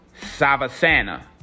Savasana